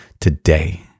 today